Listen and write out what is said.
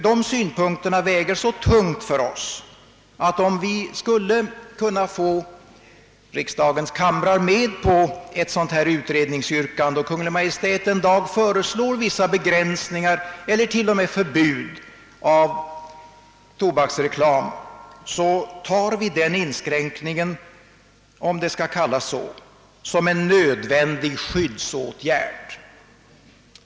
Dessa synpunkter väger så tungt för oss att vi, om vi skulle kunna få riksdagens kamrar med på ett utredningsyrkande och Kungl. Maj:t en dag föreslår vissa begränsningar eller till och med förbud av tobaksreklam, skulle ta denna inskränkning — om den skall kallas så — som en nödvändig skyddsåtgärd.